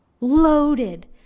loaded